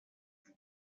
put